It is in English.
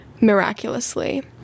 miraculously